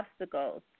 obstacles